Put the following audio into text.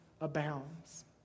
abounds